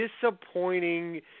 Disappointing